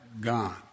gone